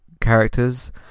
characters